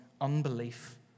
unbelief